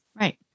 Right